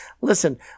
listen